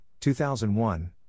2001